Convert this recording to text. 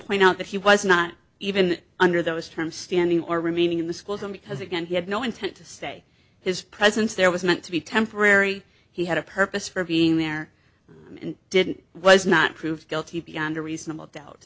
point out that he was not even under those terms standing or remaining in the school zone because again he had no intent to say his presence there was meant to be temporary he had a purpose for being there and didn't was not proved guilty beyond a reasonable doubt